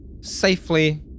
safely